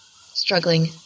Struggling